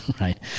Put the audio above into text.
right